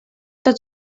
tot